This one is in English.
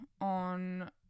on